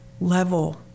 level